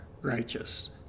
righteous